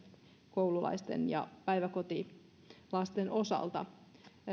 koululaisten ja päiväkotilasten osalta